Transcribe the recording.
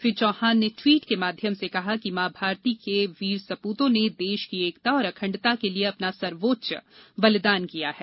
श्री चौहान ने ट्वीट के माध्यम से कहा कि मॉ भारती के वीर सप्रतों ने देश की एकता और अखण्डता के लिए अपना सर्वोच्च बलिदान दिया है